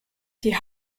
die